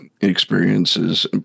experiences